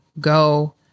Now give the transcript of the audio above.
go